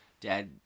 Dad